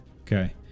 Okay